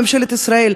ממשלת ישראל,